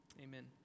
Amen